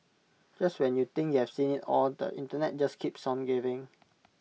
just when you think you have seen IT all the Internet just keeps on giving